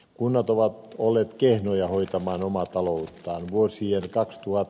kunnat ovat olleet kehnoja hoitamaan omaa talouttaan